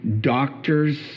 doctors